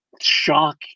shock